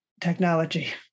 technology